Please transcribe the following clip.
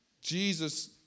Jesus